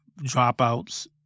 dropouts